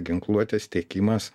ginkluotės tiekimas